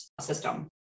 system